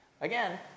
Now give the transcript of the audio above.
again